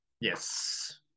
yes